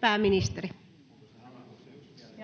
Content: